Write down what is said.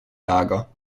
lager